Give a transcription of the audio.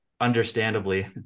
understandably